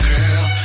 Girl